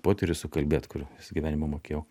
poterius sukalbėt kur visą gyvenimą mokėjau